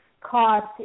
cost